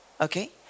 okay